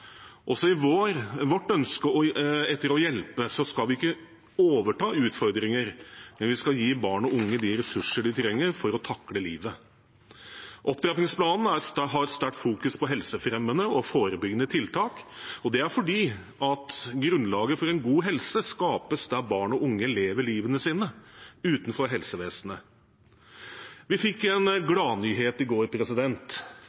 I vårt ønske etter å hjelpe skal vi ikke overta utfordringer, men vi skal gi barn og unge de ressursene de trenger for å takle livet. Opptrappingsplanen har et sterkt fokus på helsefremmende og forebyggende tiltak, og det er fordi grunnlaget for god helse skapes der barn og unge lever livet sitt – utenfor helsevesenet. Vi fikk en